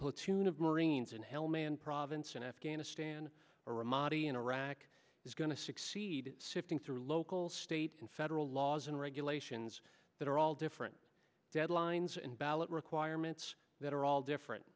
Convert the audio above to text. platoon of marines in helmand province in afghanistan or ramadi in iraq is going to succeed sifting through local state and federal laws and regulations that are all different deadlines and ballot requirements that are all different